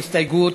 ההסתייגות